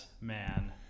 Man